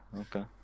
okay